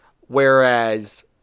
whereas